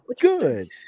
good